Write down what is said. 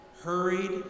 hurried